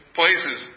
places